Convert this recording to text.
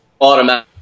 automatic